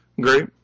great